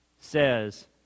says